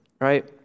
right